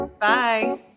Bye